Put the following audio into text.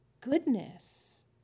goodness